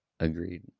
Agreed